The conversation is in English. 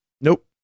Nope